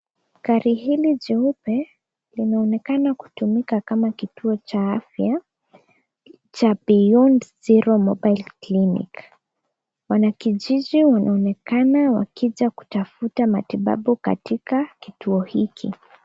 Gari hili jeupe, linaonekana kutumika kama kituo cha afya cha Beyond Zero Mobile Clinic . Wanakijiji wanaonekana wakija kutafuta matibabu katika kituo hiki.